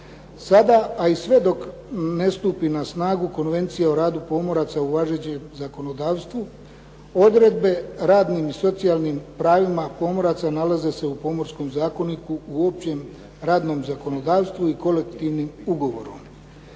Sada a i sve dok ne stupi na snagu Konvencija o radu pomoraca u važećem zakonodavstvu odredbe radnim i socijalnim pravima pomoraca nalaze se u Pomorskom zakoniku, u općem radnom zakonodavstvu i kolektivnim ugovorima.